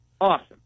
awesome